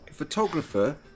photographer